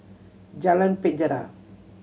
Jalan Penjara